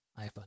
iPhone